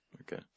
Okay